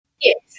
yes